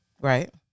Right